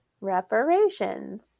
reparations